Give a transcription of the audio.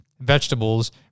vegetables